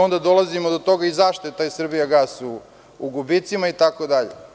Onda dolazimo do toga i zašto je taj „Srbijagas“ u gubicima itd.